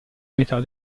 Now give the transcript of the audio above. metà